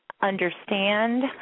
understand